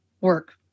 work